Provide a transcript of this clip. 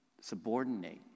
subordinate